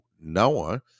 Noah